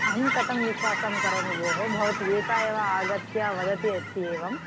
अहं कथं विश्वासं करोमि भोः भवती एका एव आगत्य वदन्ती अस्ति एवम्